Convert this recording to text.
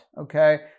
okay